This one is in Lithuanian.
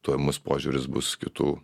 tuo į mus požiūris bus kitų